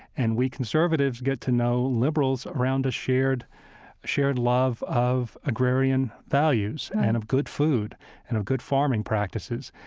and we conservatives get to know liberals around a shared shared love of agrarian values and of good food and of good farming practices.